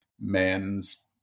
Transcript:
men's